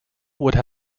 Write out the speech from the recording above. would